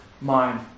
mind